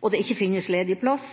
og det ikke finnes ledig plass,